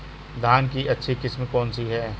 धान की अच्छी किस्म कौन सी है?